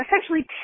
essentially